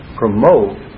promote